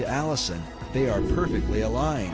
to allison they are perfectly